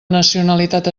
nacionalitat